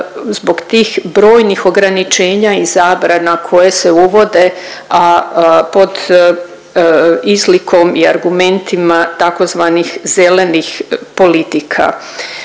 zbog tih brojnih ograničenja i zabrana koje se uvode, a pod izlikom i argumentima tzv. zelenih politika.